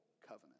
covenant